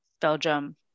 Belgium